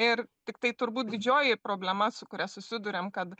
ir tik tai turbūt didžioji problema su kuria susiduriam kad